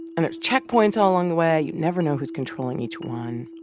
and there's checkpoints all along the way. you never know who's controlling each one